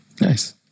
Nice